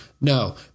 No